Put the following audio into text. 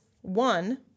one